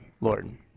Lord